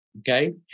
Okay